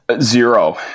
Zero